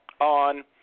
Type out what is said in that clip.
on